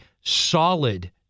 solid